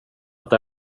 inte